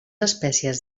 espècies